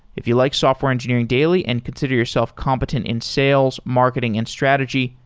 if you like software engineering daily and consider yourself competent in sales, marketing and strategy,